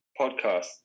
podcast